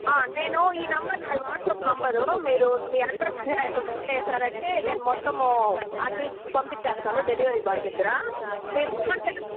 నేను ఈ నెంబర్ నాది వాట్సాప్ నంబరు మీరు మీ అడ్రస్ సెండ్ చేశారంటే నేను మొత్తము అన్నీ పంపిచేస్తాను డెలివరీ బాయ్ దగ్గర మీరు ఫోన్పే